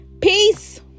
Peace